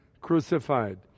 crucified